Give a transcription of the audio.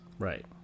Right